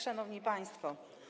Szanowni Państwo!